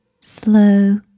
slow